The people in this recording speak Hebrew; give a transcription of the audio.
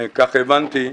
כך הבנתי,